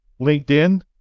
LinkedIn